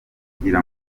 kugira